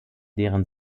deren